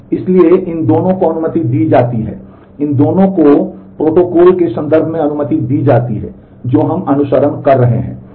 इसलिए इन दोनों को अनुमति दी जाती है इन दोनों को प्रोटोकॉल के संदर्भ में अनुमति दी जाती है जो हम अनुसरण कर रहे हैं